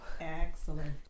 Excellent